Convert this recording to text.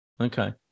Okay